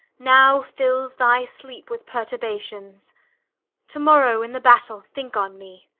now fills thy sleep with perturbations to-morrow in the battle think on me,